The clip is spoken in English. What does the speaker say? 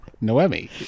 Noemi